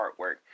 artwork